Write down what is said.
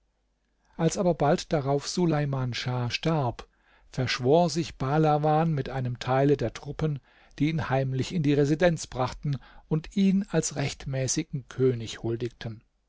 als aber bald darauf suleiman schah starb verschwor sich bahlawan mit einem teile der truppen die ihn heimlich in die residenz brachten und ihm als rechtmäßigen könig huldigten